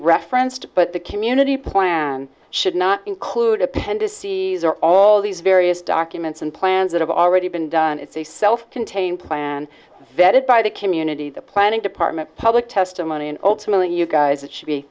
referenced but the community plan should not include append to see these are all these various documents and plans that have already been done it's a self contained plan vetted by the community the planning department public testimony and ultimately you guys it should be